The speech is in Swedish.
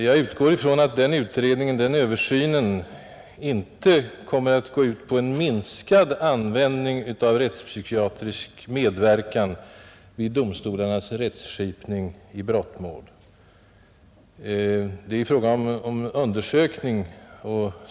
Jag utgår ifrån att denna översyn inte kommer att gå ut på en minskad rättspsykiatrisk medverkan vid domstolarnas rättskipning i brottmål. Det är ju här fråga om rättspsykiatriska undersökningar.